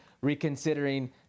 reconsidering